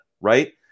Right